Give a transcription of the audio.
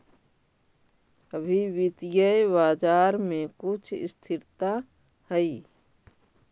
अभी वित्तीय बाजार में कुछ स्थिरता हई